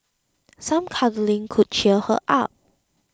some cuddling could cheer her up